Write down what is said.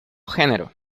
género